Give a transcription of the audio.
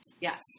Yes